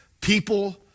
people